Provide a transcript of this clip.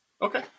Okay